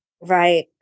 Right